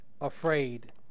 afraid